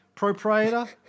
proprietor